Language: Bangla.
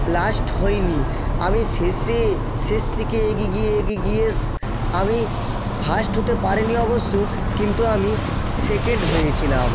লাস্ট হইনি আমি শেষে শেষ থেকে এগিয়ে গিয়ে এগিয়ে গিয়ে আমি ফার্স্ট হতে পারিনি অবশ্য কিন্তু আমি সেকেন্ড হয়েছিলাম